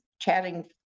chatting